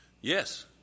Yes